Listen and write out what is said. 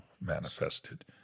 manifested